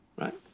Right